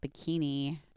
bikini